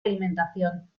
alimentación